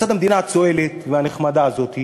לצד המדינה הצוהלת והנחמדה הזאת,